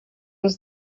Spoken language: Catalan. els